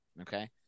Okay